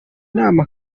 nama